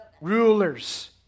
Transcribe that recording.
Rulers